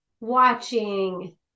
watching